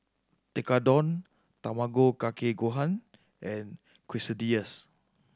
Tekkadon Tamago Kake Gohan and Quesadillas